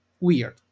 weird